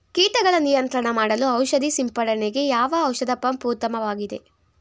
ಕೀಟಗಳ ನಿಯಂತ್ರಣ ಮಾಡಲು ಔಷಧಿ ಸಿಂಪಡಣೆಗೆ ಯಾವ ಔಷಧ ಪಂಪ್ ಉತ್ತಮವಾಗಿದೆ?